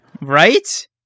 right